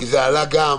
זה אותו הדבר.